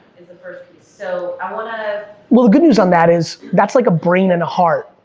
is the first piece. so, i wanna well, the good news on that is, that's like a brain and heart,